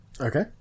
Okay